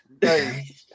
Hey